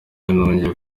yanongeyeho